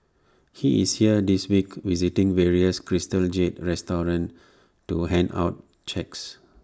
he is here this week visiting various crystal jade restaurants to hand out checks